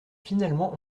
finalement